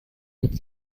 mit